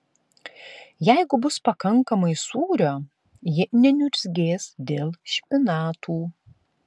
jeigu bus pakankamai sūrio ji neniurzgės dėl špinatų